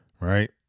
right